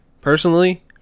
personally